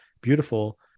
beautiful